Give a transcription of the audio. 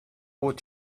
would